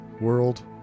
World